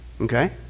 okay